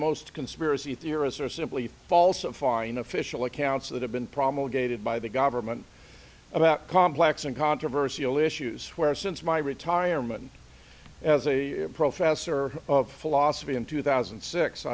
most conspiracy theorists are simply falsifying official accounts that have been promulgated by the government about complex and controversy all issues where since my retirement as a professor of philosophy in two thousand